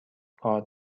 کار